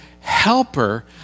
helper